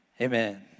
Amen